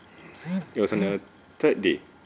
it was on the third day